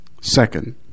Second